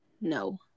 No